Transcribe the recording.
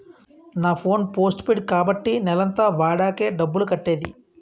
నా phone postpaid కాబట్టి నెలంతా వాడాకే డబ్బులు కట్టేది